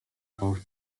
auf